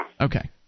Okay